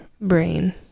brain